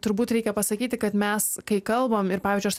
turbūt reikia pasakyti kad mes kai kalbam ir pavyzdžiui aš